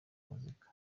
muzika